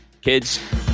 kids